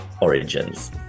origins